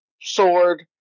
sword